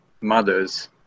mothers